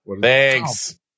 Thanks